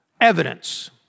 evidence